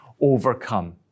overcome